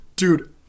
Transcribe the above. Dude